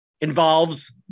involves